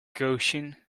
caution